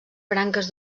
branques